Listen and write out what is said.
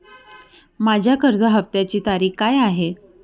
माझ्या कर्ज हफ्त्याची तारीख काय आहे?